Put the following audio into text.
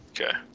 okay